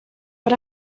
but